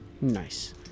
Nice